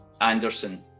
Anderson